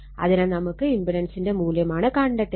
അതിനാൽ നമുക്ക് ഇമ്പിടൻസിന്റെ മൂല്യമാണ് കണ്ടത്തേണ്ടത്